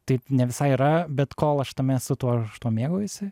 taip ne visai yra bet kol aš tame esu tuo aš tuo mėgaujuosi